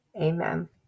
Amen